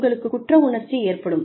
உங்களுக்குக் குற்ற உணர்ச்சி ஏற்படும்